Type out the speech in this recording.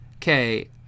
Okay